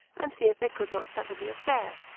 and see if they could not settle the affair.